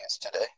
today